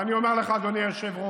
ואני אומר לך, אדוני היושב-ראש,